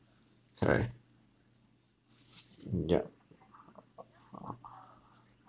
correct mm ya uh uh uh uh